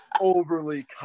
overly